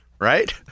right